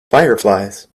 fireflies